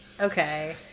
Okay